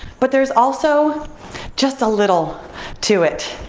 but there's also just a little to it.